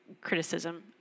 criticism